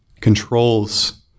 controls